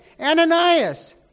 Ananias